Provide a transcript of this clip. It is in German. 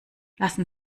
lassen